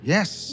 Yes